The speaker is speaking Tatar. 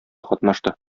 катнашты